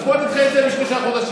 אז בוא נדחה את זה בשלושה חודשים.